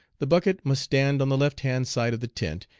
the bucket must stand on the left-hand side of the tent,